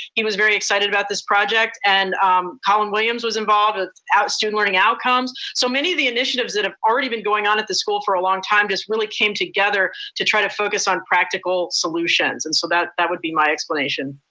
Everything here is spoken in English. he was very excited about this project. and colin williams was involved with our student learning outcomes. so many of the initiatives that have already been going on at the school for a long time, just really came together to try to focus on practical solutions. and so that that would be my explanation.